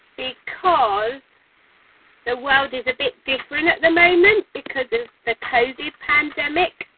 because the world is a bit different at the moment because of the covid pandemic.